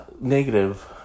negative